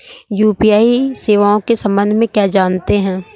UPI सेवाओं के संबंध में क्या जानते हैं?